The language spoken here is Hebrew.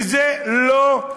וזה לא,